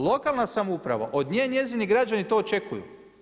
Lokalna samouprava od nje njezini građani to očekuju.